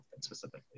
specifically